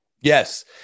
Yes